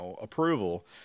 approval